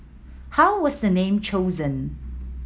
how was the name chosen